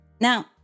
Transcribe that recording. Now